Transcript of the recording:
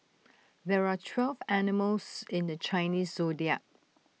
there are twelve animals in the Chinese Zodiac